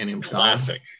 Classic